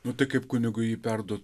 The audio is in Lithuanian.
nu tai kaip kunigui jį perduot